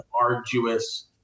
arduous